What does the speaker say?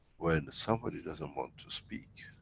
when somebody doesn't want to speak,